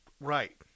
Right